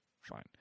fine